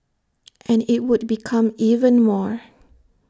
and IT would become even more